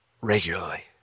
regularly